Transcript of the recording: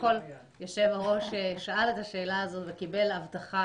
יושב-הראש שאל את השאלה הזאת וקיבל הבטחה